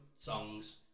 songs